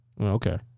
Okay